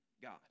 God